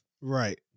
Right